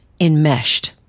enmeshed